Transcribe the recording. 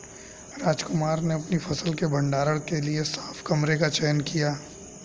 रामकुमार ने अपनी फसल के भंडारण के लिए साफ कमरे का चयन किया